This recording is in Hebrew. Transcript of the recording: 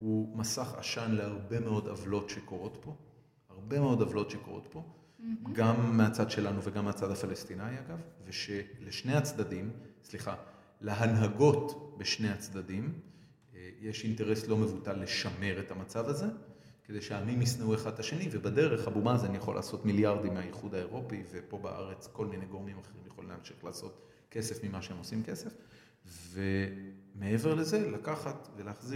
הוא מסך עשן להרבה מאוד עוולות שקורות פה, הרבה מאוד עוולות שקורות פה, גם מהצד שלנו וגם מהצד הפלסטיני אגב, ושלשני הצדדים, סליחה, להנהגות בשני הצדדים, יש אינטרס לא מבוטל לשמר את המצב הזה, כדי שהעמים ישנאו אחד את השני, ובדרך אבו-מאזן יכול יכול לעשות מיליארדים מהאיחוד האירופי, ופה בארץ כל מיני גורמים אחרים יכולים להמשיך לעשות כסף ממה שהם עושים כסף, ומעבר לזה, לקחת ולהחזיר.